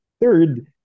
Third